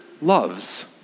loves